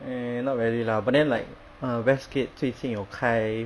eh not really lah but then like west gate 最近有开